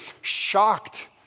Shocked